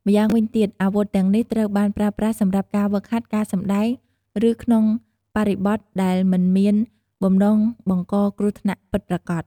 ម្យ៉ាងវិញទៀត អាវុធទាំងនេះត្រូវបានប្រើប្រាស់សម្រាប់ការហ្វឹកហាត់ ការសម្តែង ឬក្នុងបរិបទដែលមិនមានបំណងបង្កគ្រោះថ្នាក់ពិតប្រាកដ។